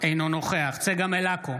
אינו נוכח צגה מלקו,